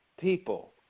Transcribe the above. people